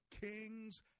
kings